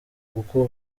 kuko